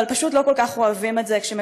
אבל פשוט לא כל כך אוהבים את זה כשמדובר